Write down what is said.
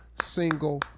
single